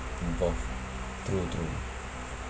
involved true true